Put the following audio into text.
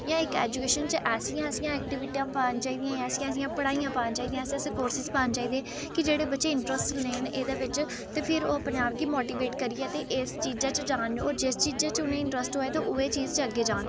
जां इक एजुकेशन च ऐसियां ऐसियां एक्टीविटियां पाना चाही दियां जां ऐसियां ऐसियां पढ़ाइयां पाना चाही दियां ऐसे ऐसे कोर्सेस पाने चाहिदे की जेह्ड़े बच्चे इंटरस्ट लैन एह्दे बिच ते फिर ओह् अपने आप गी मोटिवेट करियै ते ऐसे चीज़ां च जान होर जिस चीज़ै च इंटरस्ट होऐ उस चीज़ै च जान